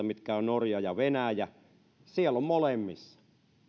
mitkä ovat norja ja venäjä on molemmissa